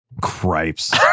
Cripes